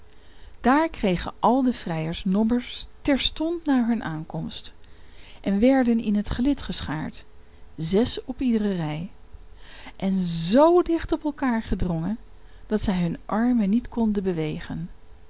daar kregen al de vrijers nommers terstond na hun aankomst en werden in het gelid geschaard zes op iedere rij en zoo dicht op elkaar gedrongen dat zij hun armen niet konden bewegen